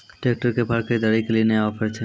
Tractor के फार खरीदारी के लिए नया ऑफर छ?